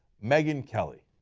megyn kelly.